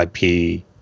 IP